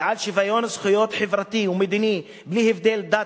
ועל שוויון זכויות חברתי ומדיני בלי הבדל דת,